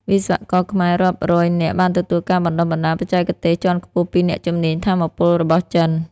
វិស្វករខ្មែររាប់រយនាក់បានទទួលការបណ្ដុះបណ្ដាលបច្ចេកទេសជាន់ខ្ពស់ពីអ្នកជំនាញថាមពលរបស់ចិន។